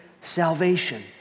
salvation